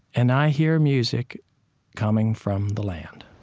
and i hear music coming from the land.